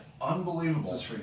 Unbelievable